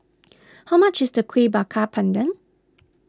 how much is the Kuih Bakar Pandan